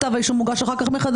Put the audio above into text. כתב האישום הוגש מחדש,